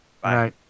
bye